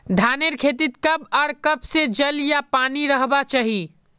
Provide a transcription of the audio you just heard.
धानेर खेतीत कब आर कब से जल या पानी रहबा चही?